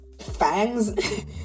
fangs